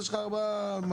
אז יש לך ארבעה מדריכים.